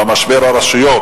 במשבר הרשויות.